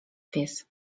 pies